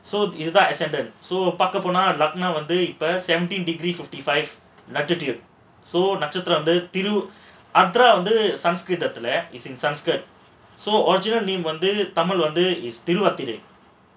so if you not accepted so பாக்கப்போனா லக்கினம் வந்து இப்போ:paakkaponaa lakkinam vandhu ippo seventeen degree fifty five latitude so நட்சத்திரம் வந்து திரு:natchathiram vandhu thiru so original name வந்து தமிழ் வந்து திருவாதிரை:vandhu tamil vandhu thiruvaathirai